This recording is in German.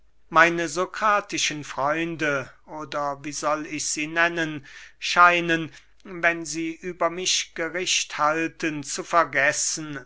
meine sokratischen freunde oder wie soll ich sie nennen scheinen wenn sie über mich gericht halten zu vergessen